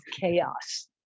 chaos